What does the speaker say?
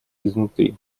изнутри